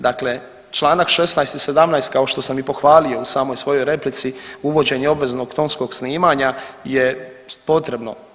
Dakle, članak 16. i 17. kao što sam i pohvalio u samoj svojoj replici uvođenje obveznog tonskog snimanja je potrebno.